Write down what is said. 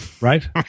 right